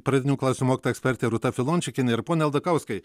pradinių klasių mokytoja ekspertė rūta filončikienė ir pone aldakauskai